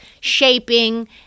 shaping